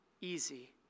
easy